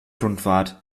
rundfahrt